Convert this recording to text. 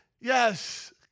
yes